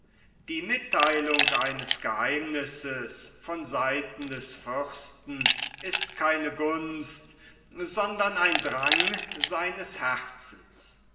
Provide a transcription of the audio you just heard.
die mittheilung eines geheimnisses von seiten des fürsten ist keine gunst sondern ein drang seines herzens